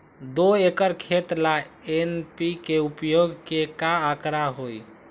दो एकर खेत ला एन.पी.के उपयोग के का आंकड़ा होई?